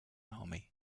army